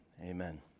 amen